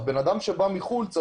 אדם שבא מחוץ לארץ,